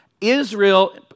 Israel